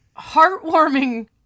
heartwarming